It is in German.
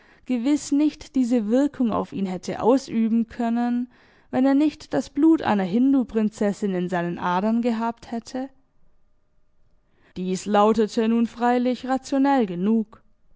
gewiß nicht diese wirkung auf ihn hätte ausüben können wenn er nicht das blut einer hinduprinzessin in seinen adern gehabt hätte dies lautete nun freilich rationell genug